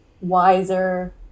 wiser